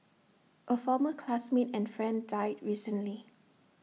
A former classmate and friend died recently